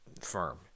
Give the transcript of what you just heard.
firm